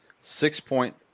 six-point